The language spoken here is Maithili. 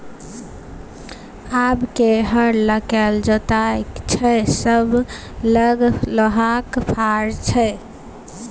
आब के हर लकए जोतैय छै सभ लग लोहाक फार छै